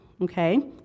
okay